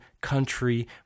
country